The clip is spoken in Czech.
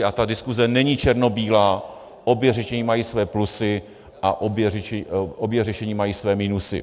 A ta diskuse není černobílá, obě řešení mají své plusy a obě řešení mají své minusy.